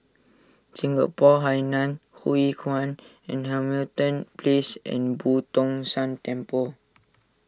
Singapore Hainan Hwee Kuan and Hamilton Place and Boo Tong San Temple